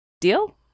Deal